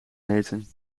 meten